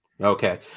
Okay